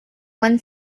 won